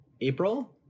April